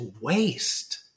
waste